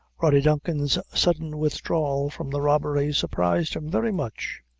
rody duncan's sudden withdrawal from the robbery surprised him very much.